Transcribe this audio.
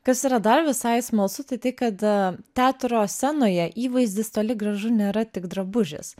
kas yra dar visai smalsu tai tai kad teatro scenoje įvaizdis toli gražu nėra tik drabužis